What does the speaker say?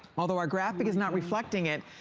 a lower graphic is not reflecting it,